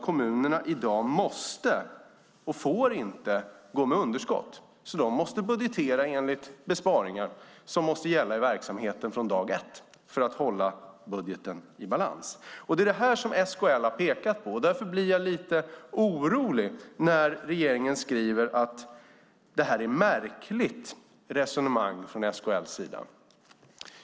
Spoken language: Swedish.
Kommunerna får i dag inte gå med underskott. De måste budgetera enligt besparingar som måste gälla i verksamheten från dag ett för att hålla budgeten i balans. Det är detta som SKL har pekat på. Därför blir jag lite orolig när regeringen skriver att det här är ett märkligt resonemang från SKL:s sida.